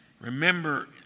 Remember